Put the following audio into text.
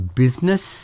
business